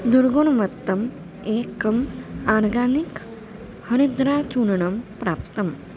दुर्गुणवत्तम् एकम् आर्गानिक् हरिद्राचूर्णं प्राप्तम्